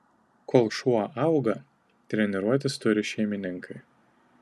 kol šuo auga treniruotis turi šeimininkai